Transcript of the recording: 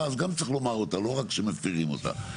אז גם צריך לומר אתה לא רק שמפרים אותה,